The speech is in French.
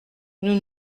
nous